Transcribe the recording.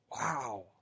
Wow